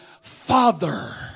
Father